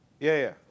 yeah yeah yeah